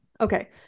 Okay